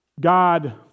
God